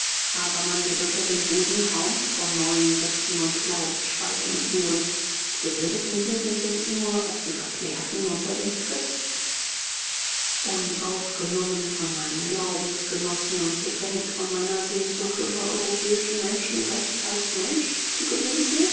aber man wird unter den juden kaum von neuen sekten und glaubensspaltungen hören die gebildeten juden sind nur was die verklärten unter den christen unaufgenommen von meinen glaubensgenossen und gedrängt von meiner sehnsucht unter europäischen menschen recht als mensch zu genießen